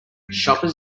shoppers